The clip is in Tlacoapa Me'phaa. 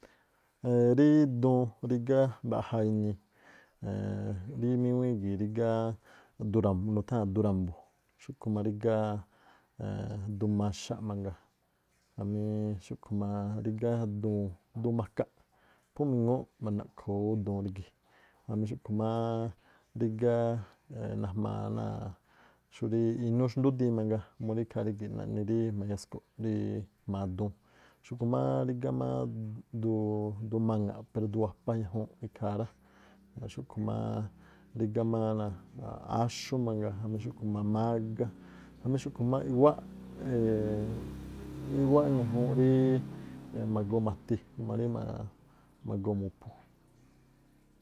Ee rí duun rígá mbaꞌja inii rí míŋuíí gii̱ rígáá du ra̱mb- nutháa̱n- dun ra̱mbu̱, xúꞌkhu̱ máá rígá duun maxaꞌ mangaa, jamí xúꞌkhu̱ máá rigá duun du ma makaꞌ phú miŋúúꞌ ma̱ndaꞌkhoo ú duun rígi̱, jamí xúꞌkhu̱ máá rígá najmaa náa̱ xúrí inúú xndúdiin mangaa murí ikhaa rígi̱ꞌ naꞌni rí ma̱yasku̱ꞌ rí jma̱a duun, xúꞌkhu̱ rígá máá duu-duun- maŋa̱ꞌ pero du wapa ñajuunꞌ ikhaa̱ rá, ngaa xúꞌkhu̱ máá rígá máá áxú mangaa jamí xúꞌkhu̱ má mágá, jamí xúꞌkhu̱ má i̱ꞌwáꞌ i̱ꞌwáꞌ ñajuunꞌ ríí ma̱goo ma̱ti maríí magoo mu̱phu̱.